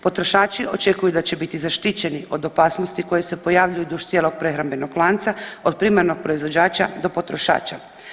Potrošači očekuju da će biti zaštićeni od opasnosti koje se pojavljuju duž cijelog prehrambenog lanca od primarnog proizvođača do potrošača.